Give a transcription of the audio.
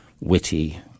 witty